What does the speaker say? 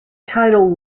title